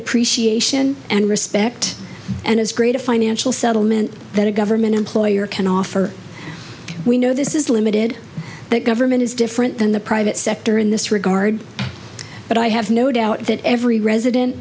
appreciation and respect and as great a financial settlement that a government employer can offer we know this is limited that government is different than the private sector in this regard but i have no doubt that every resident